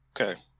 Okay